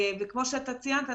כמו שאתה ציינת,